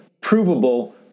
provable